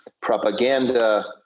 propaganda